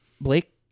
Blake